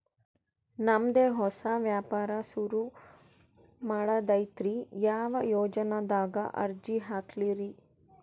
ನಮ್ ದೆ ಹೊಸಾ ವ್ಯಾಪಾರ ಸುರು ಮಾಡದೈತ್ರಿ, ಯಾ ಯೊಜನಾದಾಗ ಅರ್ಜಿ ಹಾಕ್ಲಿ ರಿ?